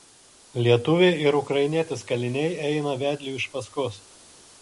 lietuviai ir ukrainietis kaliniai eina vedliui iš paskos